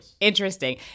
Interesting